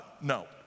no